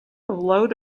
load